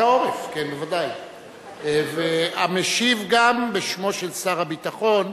העורף, המשיב גם בשמו של שר הביטחון